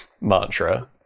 mantra